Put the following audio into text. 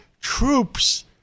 troops